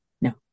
no